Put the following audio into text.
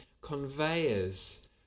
conveyors